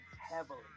heavily